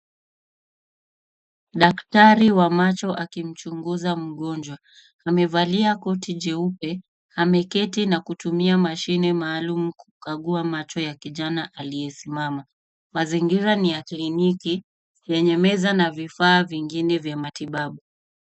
Daktari wa macho akimchunguza mgonjwa. Amevalia koti jeupe . Ameketi na kutumia mashine maalumu kukagua macho ya kijana aliyesimama. Mazingira ni ya kliniki, yenye meza na vifaa vingine vya matibabu.